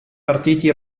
partiti